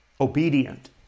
obedient